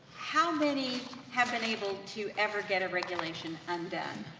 how many have been able to ever get a regulation undone?